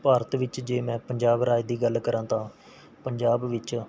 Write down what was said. ਭਾਰਤ ਵਿੱਚ ਜੇ ਮੈਂ ਪੰਜਾਬ ਰਾਜ ਦੀ ਗੱਲ ਕਰਾਂ ਤਾਂ ਪੰਜਾਬ ਵਿੱਚ